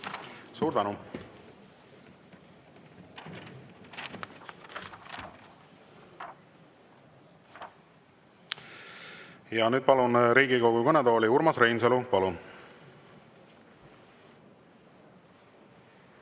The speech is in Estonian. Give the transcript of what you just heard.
Suur tänu! Ja nüüd palun Riigikogu kõnetooli Urmas Reinsalu. Palun!